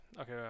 okay